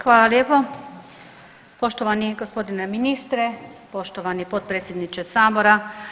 Hvala lijepo, poštovani g. ministre, poštovani potpredsjedniče Sabora.